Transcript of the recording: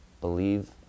believe